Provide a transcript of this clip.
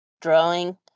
drawing